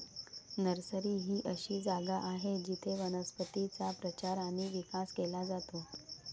nursery ही अशी जागा आहे जिथे वनस्पतींचा प्रचार आणि विकास केला जातो